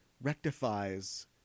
rectifies